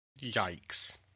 Yikes